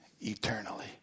eternally